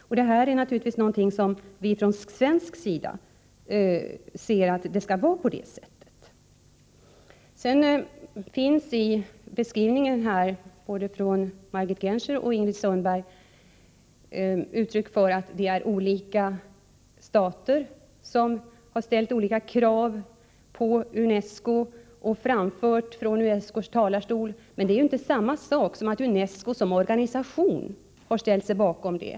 Från svensk sida anser vi naturligtvis att det skall vara på det sättet. Både Margit Gennser och Ingrid Sundberg sade i sin beskrivning att olika stater hade ställt olika krav på UNESCO, som framförts fftån UNESCO:s talarstol. Men det betyder ju inte att UNESCO som organisation har ställt sig bakom de kraven.